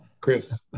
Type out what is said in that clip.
chris